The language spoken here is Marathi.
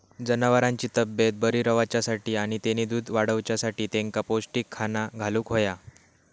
जनावरांची तब्येत बरी रवाच्यासाठी आणि तेनी दूध वाडवच्यासाठी तेंका पौष्टिक खाणा घालुक होया